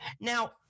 Now